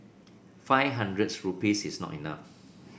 five hundreds rupees is not much